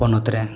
ᱯᱚᱱᱚᱛᱨᱮ